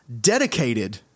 dedicated